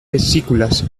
vesículas